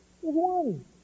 one